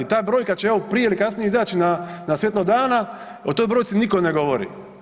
Ta brojka će evo prije ili kasnije izaći na svjetlo dana, o toj brojci nitko ne govori.